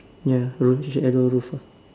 ya row shadow roof ah